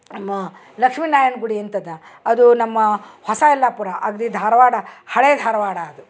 ಮ ಲಕ್ಷ್ಮೀ ನಾರಾಯಣ ಗುಡಿ ಅಂಥದ ಅದು ನಮ್ಮ ಹೊಸ ಯಲ್ಲಾಪುರ ಅಗ್ದಿ ಧಾರವಾಡ ಹಳೆ ಧಾರವಾಡ ಅದು